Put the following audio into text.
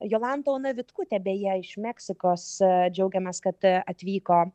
jolanta ona vitkutė beje iš meksikos džiaugiamės kad atvyko